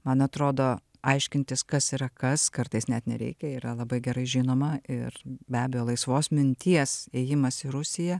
man atrodo aiškintis kas yra kas kartais net nereikia yra labai gerai žinoma ir be abejo laisvos minties ėjimas į rusiją